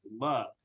love